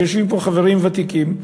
יושבים פה חברים ותיקים,